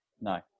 No